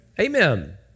Amen